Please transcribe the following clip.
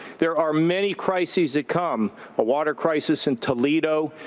there are many crises that come a water crisis in toledo.